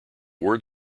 word